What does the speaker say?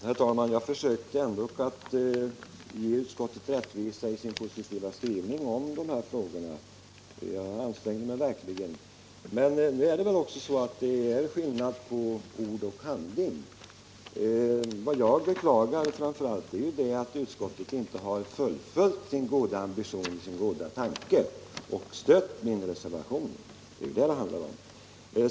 Herr talman! Jag försökte verkligen att göra utskottet rättvisa när det gäller utskottets positiva skrivning i dessa frågor. Jag ansträngde mig faktiskt för att göra det. Men det är väl så att det är skillnad på ord och handling. Vad jag framför allt beklagar är att utskottet inte har fullföljt sina ambitioner och sin goda tanke genom att stödja min reservation. Det är vad det handlar om.